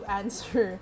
answer